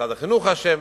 משרד החינוך אשם.